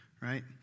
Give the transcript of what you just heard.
right